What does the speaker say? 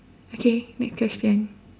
okay next question